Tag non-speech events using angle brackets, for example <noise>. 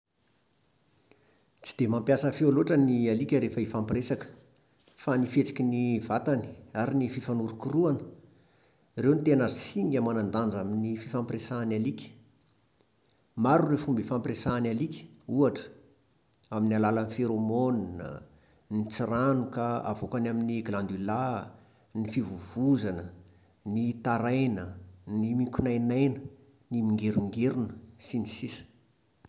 Tsy dia mampiasa feo loatra ny alika rehefa hifampiresaka, fa ny fihetsiky ny <hesitation> vatany ary ny fifanorokorohana, ireo no tena singa manandanja amin'ny fifampiresahan'ny alika. Maro ireo fomba ifampiresahan'ny alika, Ohatra, amin'ny alàlan'ny phéromone, <hesitation> ny tsiranoka avoakany amin'ny glandula, <hesitation> ny fivovozana, ny taraina, ny mikonainaina, ny mingerongerona sy ny sisa